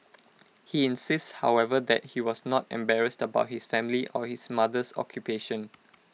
he insists however that he was not embarrassed about his family or his mother's occupation